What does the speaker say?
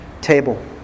table